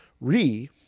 Re